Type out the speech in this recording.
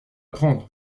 apprendre